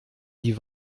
die